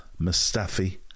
Mustafi